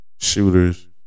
shooters